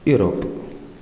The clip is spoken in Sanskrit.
यूरोप्